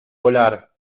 volar